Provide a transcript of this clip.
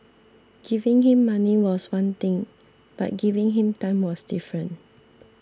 giving him money was one thing but giving him time was different